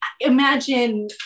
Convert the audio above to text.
imagine